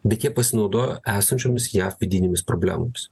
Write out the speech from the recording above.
bet jie pasinaudojo esančiomis jav vidinėmis problemomis